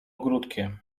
ogródkiem